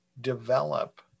develop